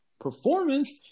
performance